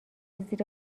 زیر